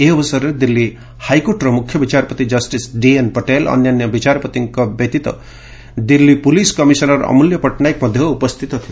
ଏହି ଅବସରରେ ଦିଲ୍ଲୀ ହାଇକୋର୍ଟର ମୁଖ୍ୟବିଚାରପତି ଜଷ୍ଟିସ୍ ଡିଏନ୍ ପଟେଲ ଅନ୍ୟାନ୍ୟ ବିଚାରପତିଙ୍କ ବ୍ୟତୀତ ଦିଲ୍ଲୀ ପୁଲିସ୍ କମିଶନର ଅମୂଲ୍ୟ ପଟ୍ଟନାୟକ ମଧ୍ୟ ଉପସ୍ଥିତ ଥିଲେ